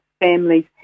families